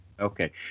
Okay